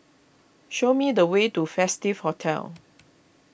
show me the way to Festive Hotel